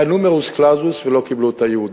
היה נומרוס קלאוזוס, ולא קיבלו את היהודים.